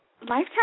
Lifetime